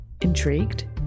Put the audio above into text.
Intrigued